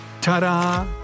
Ta-da